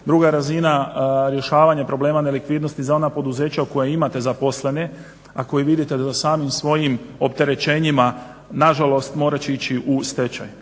Druga razina rješavanja problema nelikvidnosti za ona poduzeća u kojima imate zaposlene, a koji vidite da samim svojim opterećenjima na žalost morat će ići u stečaj.